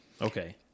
Okay